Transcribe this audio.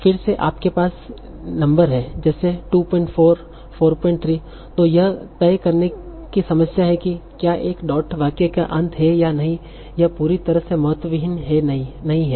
फिर से आपके पास नंबर हैं जेसे 24 43 तो यह तय करने की समस्या है कि क्या एक डॉट वाक्य का अंत है या नहीं यह पूरी तरह से महत्वहीन नहीं है